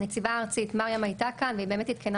הנציבה הארצית מרים הייתה כאן והיא באמת עדכנה